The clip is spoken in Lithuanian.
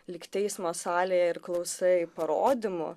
lyg teismo salėje ir klausai parodymų